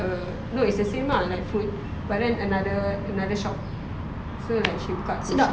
uh no it's the same uh like food but then another another shop so like she buka same shop